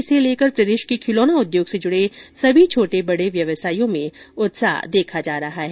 इसे लेकर प्रदेश के खिलौना उद्योग से जुड़े सभी छोटे बड़े व्यवसायियों में उत्साह देखा जा रहा है